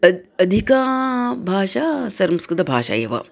अद्य अधिका भाषा संस्कृतभाषा एव